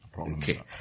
Okay